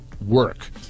work